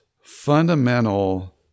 fundamental